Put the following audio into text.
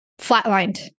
flatlined